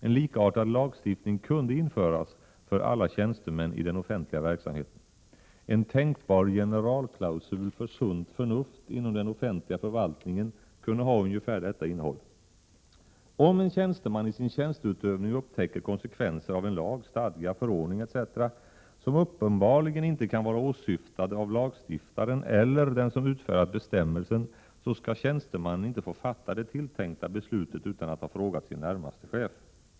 En likartad lagstiftning kunde införas för alla tjänstemän i den offentliga verksamheten. En tänkbar ”generalklausul” för sunt förnuft inom den offentliga förvaltningen kunde ha ungefär detta innehåll: Om en tjänsteman i sin tjänsteutövning upptäcker konsekvenser av en lag, stadga, förordning etc. som uppenbarligen inte kan vara åsyftade av lagstiftaren eller den som utfärdat bestämmelsen, så skall tjänstemannen inte få fatta det tilltänkta beslutet utan att ha frågat sin närmaste chef.